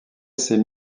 ses